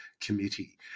Committee